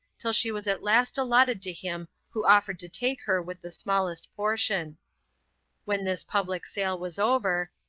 till she was at last allotted to him who offered to take her with the smallest portion when this public sale was over,